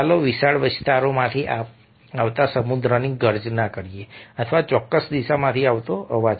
ચાલો વિશાળ વિસ્તારોમાંથી આવતા સમુદ્રની ગર્જના કરીએ અથવા ચોક્કસ દિશામાંથી આવતો અવાજ